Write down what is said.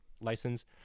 license